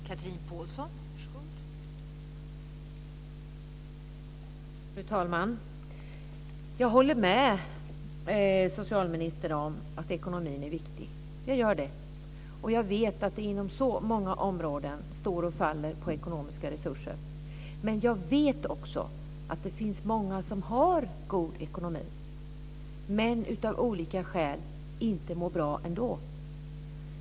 Fru talman! Jag håller med socialministern om att ekonomin är viktig. Jag vet att det inom så många områden står och faller med ekonomiska resurser. Men jag vet också att det finns många som har god ekonomi men som av olika skäl inte mår bra ändå.